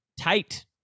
tight